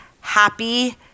happy